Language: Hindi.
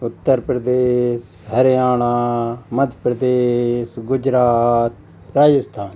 उत्तर प्रदेश हरियाणा मध्य प्रदेश गुजरात राजस्थान